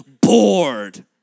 bored